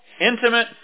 intimate